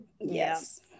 Yes